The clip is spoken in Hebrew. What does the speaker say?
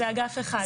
זה אגף אחד.